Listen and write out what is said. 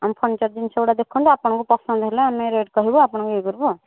ଆମ ଫର୍ଣ୍ଣିଚର୍ ଜିନିଷଗୁଡ଼ା ଦେଖନ୍ତୁ ଆପଣଙ୍କୁ ପସନ୍ଦ ହେଲେ ଆମେ ରେଟ୍ କହିବୁ ଆପଣଙ୍କୁ ଇଏ କରିବୁ ଆଉ